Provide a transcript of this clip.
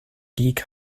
geek